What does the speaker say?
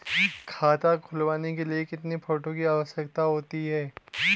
खाता खुलवाने के लिए कितने फोटो की आवश्यकता होती है?